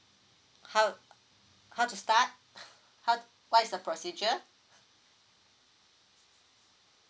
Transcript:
how how to start how what is the procedure